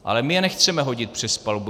Ale my je nechceme hodit přes palubu.